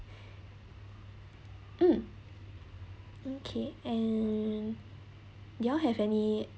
mm okay and do you all have any